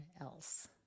else